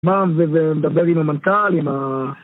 מה לגבי לדבר עם המנכל? עם ה...